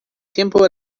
tiempo